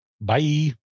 Bye